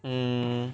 mm